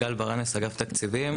גל ברנס, אגף תקציבים.